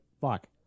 fuck